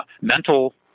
mental